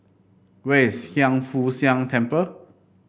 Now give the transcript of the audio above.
where is Hiang Foo Siang Temple